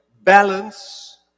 balance